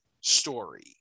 story